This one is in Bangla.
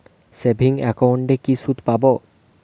সেভিংস একাউন্টে কি সুদ পাব?